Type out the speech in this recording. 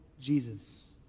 Jesus